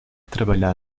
trabalhar